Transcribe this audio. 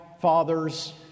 father's